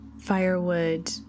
firewood